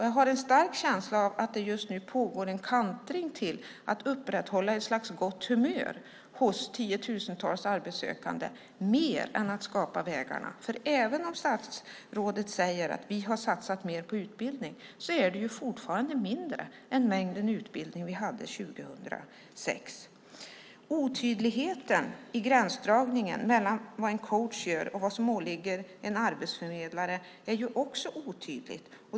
Jag har en stark känsla av att det just nu pågår en kantring till att upprätthålla ett slags gott humör hos tiotusentals arbetssökande mer än att skapa vägarna, för även om statsrådet säger att vi har satsat mer på utbildning är det fortfarande mindre än mängden utbildning vi hade 2006. Det finns också en otydlighet i gränsdragningen mellan vad en coach gör och vad som åligger en arbetsförmedlare.